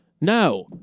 No